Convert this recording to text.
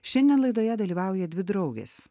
šiandien laidoje dalyvauja dvi draugės